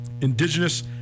Indigenous